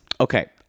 Okay